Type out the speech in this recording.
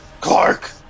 Clark